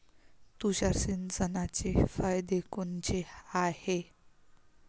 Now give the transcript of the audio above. तुषार सिंचनाचे फायदे कोनचे हाये?